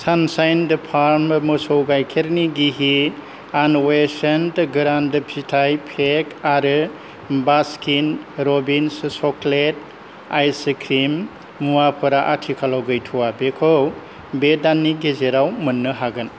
Sunshine दा farm मोसौ गाइखेरनि गिहि आनवेशन गोरान फिथाइ पेक आरो बास्किन र'बिन चकलेट आइसक्रिम मुवाफोरा आथिखालाव गैथ'वा बेखौ बे दाननि गेजेराव मोन्नो हागोन